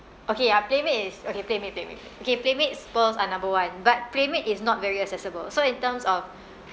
okay ya Playmade is okay Playmade Playmade Playmade okay Playmade's pearls are number one but Playmade is not very accessible so in terms of